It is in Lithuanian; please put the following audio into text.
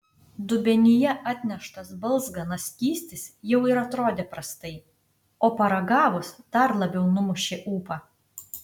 dubenyje atneštas balzganas skystis jau ir atrodė prastai o paragavus dar labiau numušė ūpą